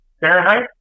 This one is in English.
Fahrenheit